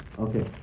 Okay